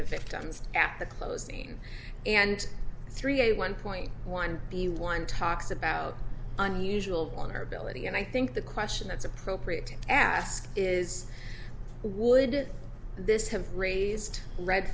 the victims at the closing and three a one point one b one talks about unusual honorability and i think the question that's appropriate to ask is would this have raised red